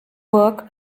work